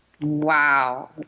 Wow